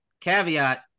Caveat